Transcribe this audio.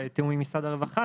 בתיאום עם משרד הרווחה,